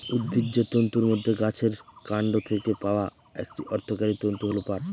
উদ্ভিজ্জ তন্তুর মধ্যে গাছের কান্ড থেকে পাওয়া একটি অর্থকরী তন্তু হল পাট